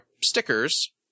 stickers